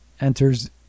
enters